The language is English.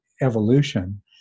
evolution